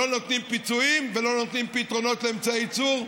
לא נותנים פיצויים ולא נותנים פתרונות לאמצעי ייצור,